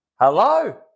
Hello